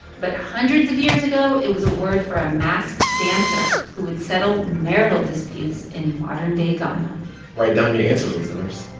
but hundreds of years ago, it was a word for a masked dancer who would settle marital disputes in modern-day ghana write down your answers, listeners,